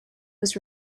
was